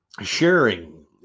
sharing